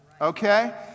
okay